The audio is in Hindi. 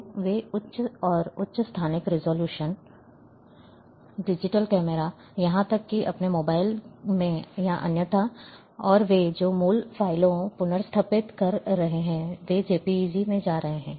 तो वे उच्च और उच्च स्थानिक रिज़ॉल्यूशन डिजिटल कैमरा यहां तक कि अपने मोबाइल में या अन्यथा और वे जो मूल फाइलें पुनर्स्थापित कर रहे हैं वे जेपीईजी में जा रहे हैं